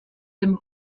dem